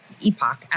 Epoch